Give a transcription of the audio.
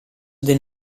del